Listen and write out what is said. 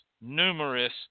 numerous